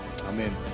Amen